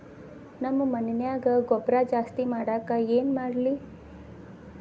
ನಮ್ಮ ಮಣ್ಣಿನ್ಯಾಗ ಗೊಬ್ರಾ ಜಾಸ್ತಿ ಮಾಡಾಕ ಏನ್ ಮಾಡ್ಲಿ?